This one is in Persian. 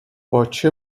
باچه